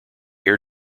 air